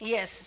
Yes